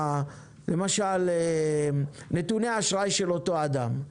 למשל נתוני אשראי של אותו אדם,